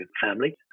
family